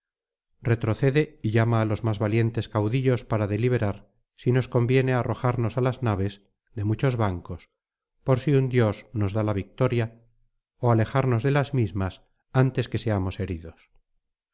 retrocede y llama á los más valientes caudillos para deliberar si nos conviene arrojarnos á las naves de muchos bancos por si un dios nos da la victoria ó alejarnos de las mismas antes que seamos heridos